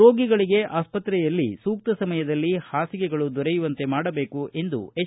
ರೋಗಿಗಳಿಗೆ ಆಸ್ಪತ್ರೆಯಲ್ಲಿ ಸೂಕ್ತ ಸಮಯದಲ್ಲಿ ಪಾಸಿಗೆಗಳು ದೊರೆಯುವಂತೆ ಮಾಡಬೇಕು ಎಂದು ಎಚ್